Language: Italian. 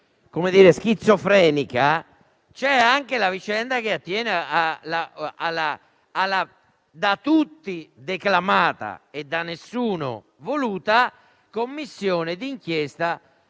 del tutto schizofrenica, c'è anche la vicenda che attiene alla da tutti declamata e da nessuno voluta Commissione di inchiesta